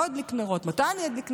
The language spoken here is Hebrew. לא אדליק נרות ומתי אני אדליק נרות?